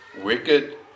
wicked